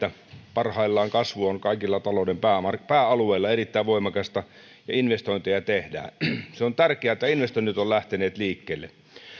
parhaillaan kasvu on kaikilla talouden pääalueilla erittäin voimakasta ja investointeja tehdään se on tärkeää että investoinnit ovat lähteneet liikkeelle